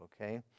okay